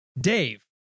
Dave